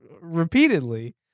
repeatedly